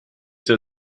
sehr